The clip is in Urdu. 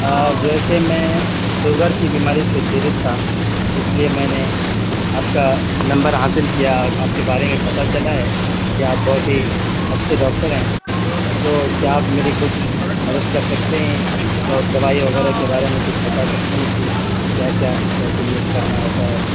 اور جو ہے کہ میں شوگر کی بیماری سے پیڑت تھا اس لیے میں نے آپ کا نمبر حاصل کیا اور آپ کے بارے میں پتا چلا ہے کہ آپ بہت ہی اچھے ڈاکٹر ہیں تو کیا آپ میری کچھ مدد کر سکتے ہیں اور دوائی وغیرہ کے بارے میں کچھ بتا سکتے ہیں کہ کیا کیا کیسے یوز کرنا ہوتا ہے